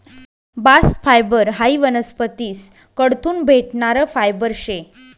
bast fibre हायी वनस्पतीस कडथून भेटणारं फायबर शे